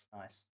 Nice